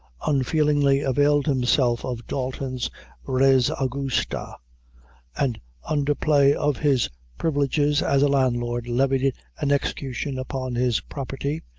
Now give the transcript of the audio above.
unfeelingly availed himself of dalton's res augusta and under play of his privileges as a landlord, levied an execution upon his property,